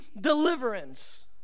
deliverance